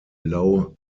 allow